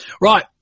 Right